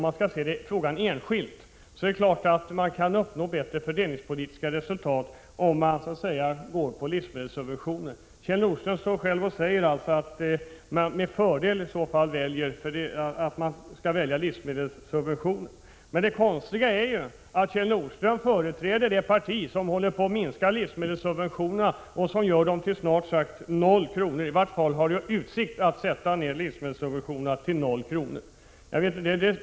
Man kan självfallet uppnå bättre fördelningspolitiska resultat genom livsmedelssubventioner. Kjell Nordström säger själv att man med fördel kan välja det alternativet. Men samtidigt är det konstigt nog så att Kjell Nordström företräder ett parti som är på väg att minska livsmedelssubventionerna. Man har rent av ställt i utsikt att dessa skall avskaffas.